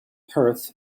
perth